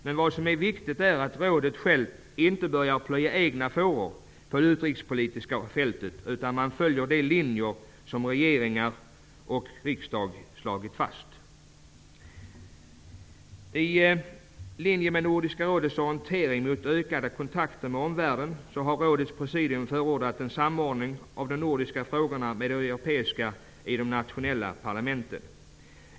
Men vad som är viktigt är att rådet självt inte börjar plöja egna fåror på det utrikespolitiska fältet utan att man följer de linjer som regeringar och parlament slagit fast. I linje med Nordiska rådets orientering mot ökade kontakter med omvärlden har rådets presidium förordat en samordning av de nordiska frågorna med de europeiska i de nationella parlamenten.